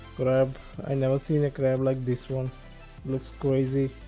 crab i never seen a crab like this one looks crazy